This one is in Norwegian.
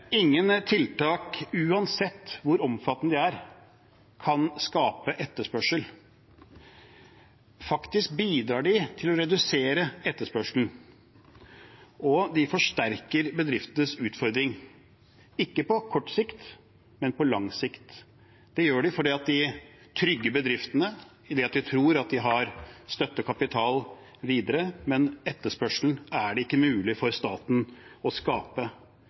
Ingen tiltak, uansett hvor omfattende de er, kan skape etterspørsel. Faktisk bidrar de til å redusere etterspørselen, og de forsterker bedriftenes utfordring, ikke på kort sikt, men på lang sikt. Det gjør de fordi de trygger bedriftene i det at de tror at de har støtte og kapital videre, men etterspørselen er det ikke mulig for staten å skape.